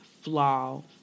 flaw